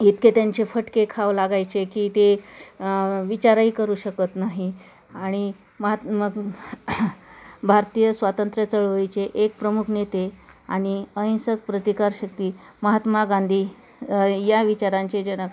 इतके त्यांचे फटके खावं लागायचे की ते विचारही करू शकत नाही आणि महात्मा भारतीय स्वातंत्र्य चळवळीचे एक प्रमुख नेते आणि अहिंसक प्रतिकारशक्ती महात्मा गांधी या विचारांचे जनक्